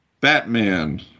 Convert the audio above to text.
Batman